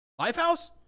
Lifehouse